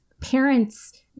parents